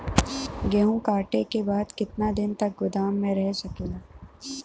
गेहूँ कांटे के बाद कितना दिन तक गोदाम में रह सकेला?